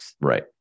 Right